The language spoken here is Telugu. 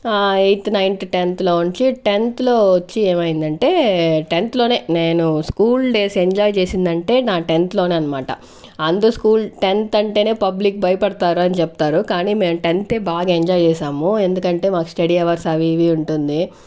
ఆ ఎయిత్ నైన్త్ టెన్త్ లోంచి టెన్త్ లో వచ్చి ఏమైందంటే టెన్త్ లోనే నేను స్కూల్ డేస్ ఎంజాయ్ చేసిందంటే నా టెన్త్ లోనే అనమాట అందరూ స్కూల్ టెన్త్ అంటేనే పబ్లిక్ భయపడతారు అని చెప్తారు కానీ మేము టెన్త్ ఏ బాగా ఎంజాయ్ చేశాము ఎందుకంటే మాకు స్టడీ అవర్స్ అవి ఇవి ఉంటుంది